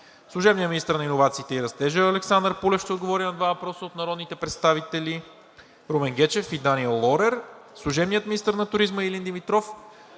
Служебният министър на иновациите и растежа Александър Пулев ще отговори на два въпроса от народните представители Румен Гечев; и Даниел Лорер. 8. Служебният министър на туризма Илин Димитров